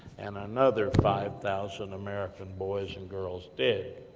and another five thousand american boys, and girls dead.